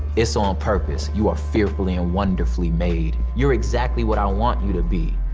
is on purpose. you are fearfully and wonderfully made. you're exactly what i want you to be.